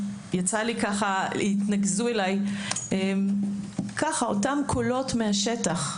התנקזו אליי אותם קולות מהשטח.